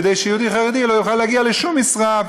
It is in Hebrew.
כדי שיהודי חרדי לא יוכל להגיע לשום משרה,